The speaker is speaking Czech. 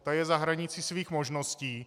Ta je za hranicí svých možností.